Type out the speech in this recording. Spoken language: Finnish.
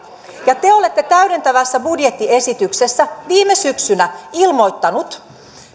ja te te olette täydentävässä budjettiesityksessä viime syksynä ilmoittaneet